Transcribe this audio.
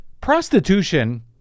prostitution